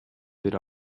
бере